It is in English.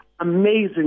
amazing